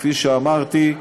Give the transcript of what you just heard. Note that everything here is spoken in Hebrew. כפי שאמרתי,